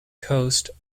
coast